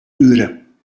uren